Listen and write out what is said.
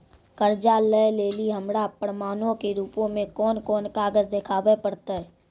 कर्जा लै लेली हमरा प्रमाणो के रूपो मे कोन कोन कागज देखाबै पड़तै?